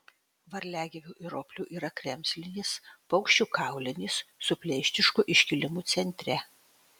varliagyvių ir roplių yra kremzlinis paukščių kaulinis su pleištišku iškilimu centre